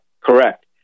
correct